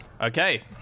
okay